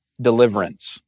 deliverance